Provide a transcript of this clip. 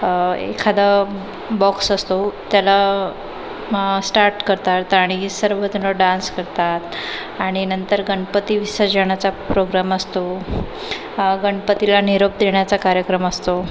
एखादं बॉक्स असतो त्याला स्टार्ट करतात आणि हे सर्वजण डान्स करतात आणि नंतर गणपती विसर्जनाचा प्रोग्राम असतो गणपतीला निरोप देण्याचा कार्यक्रम असतो